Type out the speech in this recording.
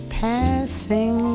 passing